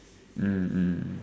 mm mm mm